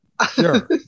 Sure